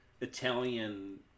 Italian